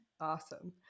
Awesome